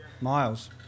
miles